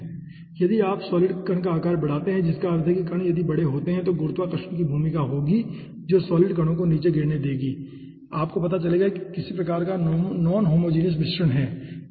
अगला यदि आप सॉलिड कण का आकार बढ़ाते हैं जिसका अर्थ है कि कण यदि वे बड़े हो रहे हैं तो गुरुत्वाकर्षण की भूमिका होगी जो सॉलिड कणों को नीचे गिरने देगी और आपको पता चलेगा कि किसी प्रकार का नॉन होमोजिनियस मिश्रण है ठीक है